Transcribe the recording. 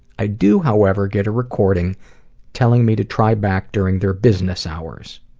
i do however get a recording telling me to try back during their business hours.